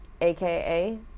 aka